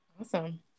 Awesome